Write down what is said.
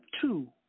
two